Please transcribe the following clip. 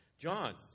John